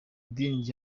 idini